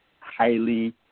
highly